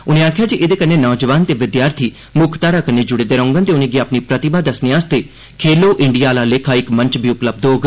उनें आखेआ जे एहदे कन्नै नौजवान ते विद्यार्थी मुक्खधारा कन्नै जुड़े दे रौहडन ते उने'गी अपनी प्रतिभा दस्सने लेई 'खेलो इंडिया' आह्ला लेखा इक मंच उपलब्ध होग